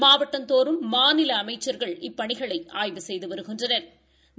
மாவட்டந்தோறும் மாநில அமைச்சா்கள் இப்பணிகளை ஆய்வு செய்து வருகின்றனா்